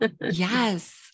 Yes